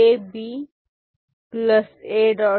B A